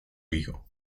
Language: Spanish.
hijo